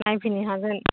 नायफैनो हागोन